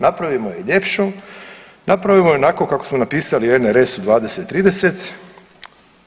Napravimo je ljepšom, napravimo je onako kako smo napisali u NRS-u 20, 30.